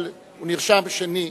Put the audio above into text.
אבל הוא נרשם שני,